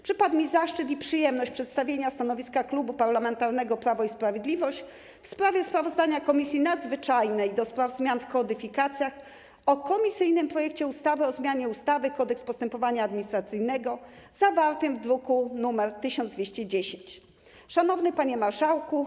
Przypadł mi zaszczyt i przyjemność przedstawienia stanowiska Klubu Parlamentarnego Prawo i Sprawiedliwość w sprawie sprawozdania Komisji Nadzwyczajnej do spraw zmian w kodyfikacjach o komisyjnym projekcie ustawy o zmianie ustawy - Kodeks postępowania administracyjnego, zawartym w druku nr 1210. Szanowny Panie Marszałku!